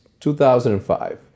2005